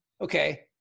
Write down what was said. Okay